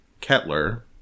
Kettler